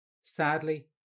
sadly